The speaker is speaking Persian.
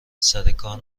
سرکار